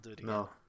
No